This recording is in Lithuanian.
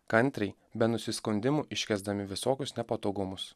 kantriai be nusiskundimų iškęsdami visokius nepatogumus